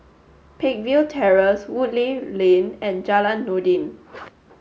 Peakville Terrace Woodleigh Lane and Jalan Noordin